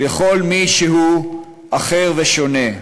נגד כל מי שהוא אחר ושונה.